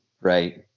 right